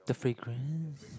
the frequent